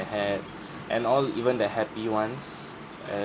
had and all even the happy ones err